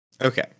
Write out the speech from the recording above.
Okay